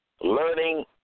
Learning